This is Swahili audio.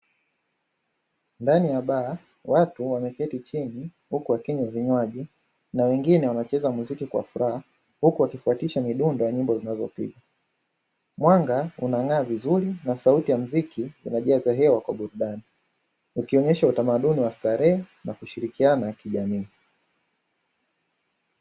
Ndani ya baa watu wameketi chini huku wakinywa vinywaji na wengine wanacheza muziki kwa furaha, huku akifuatisha midundo ya nyimbo zinazopigwa mwanga unang'aa vizuri na sauti ya muziki inajaza hewa kwa burudani, ukionyesha utamaduni wa starehe na kushirikiana kijamii.